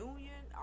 Union